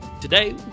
Today